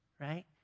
right